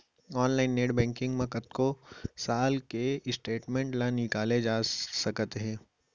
online net banking म कतको साल के स्टेटमेंट ल निकाले जा सकत हे